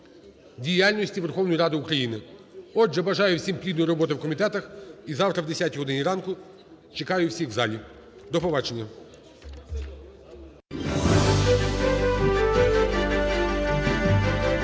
діяльності Верховної Ради України. Отже, бажаю всім плідної роботи у комітетах. І завтра о 10 годині ранку чекаю всіх у залі. До побачення.